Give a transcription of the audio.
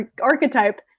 archetype